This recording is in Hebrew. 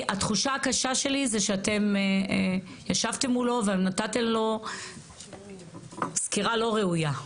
התחושה הקשה שלי זה שאתם ישבתם מולו ונתתם לו סקירה לא ראויה.